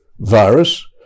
virus